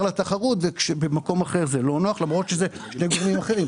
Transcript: לתחרות ובמקום אחר זה לא נוח למרות שאלה גורמים אחרים,